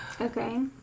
Okay